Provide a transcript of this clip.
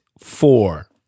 four